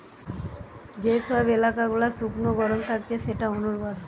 যে সব এলাকা গুলা শুকনো গরম থাকছে সেটা অনুর্বর